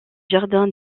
jardin